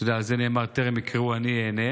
אתה יודע, על זה נאמר: טרם יקראו, אני אענה.